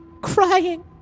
crying